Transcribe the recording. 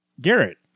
Garrett